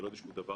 זה לא משהו חריג.